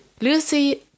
Lucy